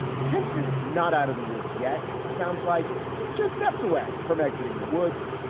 pence's not out of the woods yet. sounds like he's just steps away from exiting the woods.